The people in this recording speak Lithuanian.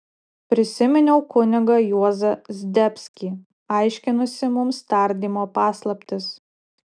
prisiminiau kunigą juozą zdebskį aiškinusį mums tardymo paslaptis